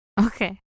okay